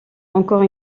encore